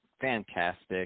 fantastic